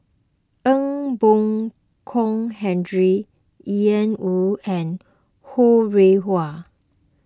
Ee Boon Kong Henry Ian Woo and Ho Rih Hwa